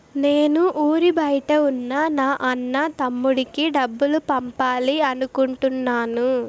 నేను ఊరి బయట ఉన్న నా అన్న, తమ్ముడికి డబ్బులు పంపాలి అనుకుంటున్నాను